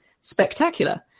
spectacular